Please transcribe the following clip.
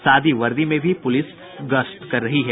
सादी वर्दी में भी पुलिस गश्त कर रही है